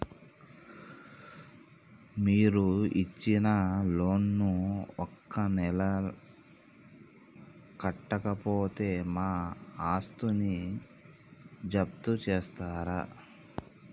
మీరు ఇచ్చిన లోన్ ను ఒక నెల కట్టకపోతే మా ఆస్తిని జప్తు చేస్తరా?